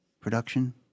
production